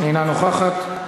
אינה נוכחת.